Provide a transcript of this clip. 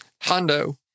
Hondo